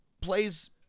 plays